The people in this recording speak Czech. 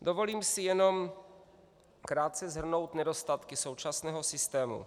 Dovolím si jenom krátce shrnout nedostatky současného systému.